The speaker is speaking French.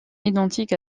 identiques